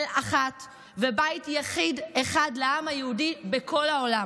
אחת ובית יחיד אחד לעם היהודי בכל העולם.